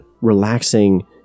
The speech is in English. relaxing